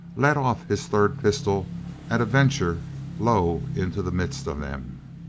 let off his third pistol at a venture low into the midst of them.